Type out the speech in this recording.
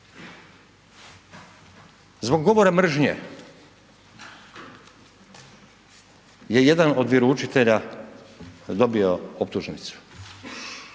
Zbog govora mržnje je jedan od vjeroučitelja dobio optužnicu,